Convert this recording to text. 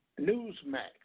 Newsmax